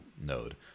node